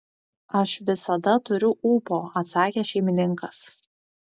aš visada turiu ūpo atsakė šeimininkas